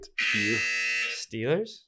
Steelers